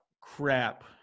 crap